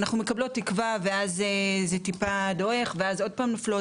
אנחנו מקבלות תקווה ואז זה טיפה דועך ואז עוד פעם נופלות.